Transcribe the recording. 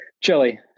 Chili